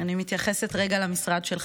אני מתייחסת רגע למשרד שלך.